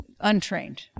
untrained